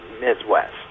Midwest